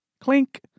clink